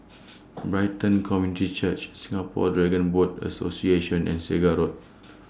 Brighton Community Church Singapore Dragon Boat Association and Segar Road